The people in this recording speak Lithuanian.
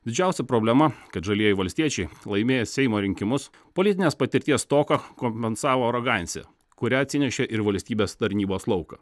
didžiausia problema kad žalieji valstiečiai laimėję seimo rinkimus politinės patirties stoką kompensavo arogancija kurią atsinešė ir valstybės tarnybos lauką